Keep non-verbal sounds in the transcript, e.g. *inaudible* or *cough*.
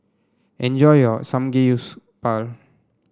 enjoy your *unintelligible*